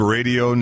Radio